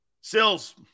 Sills